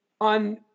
on